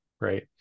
right